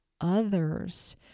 others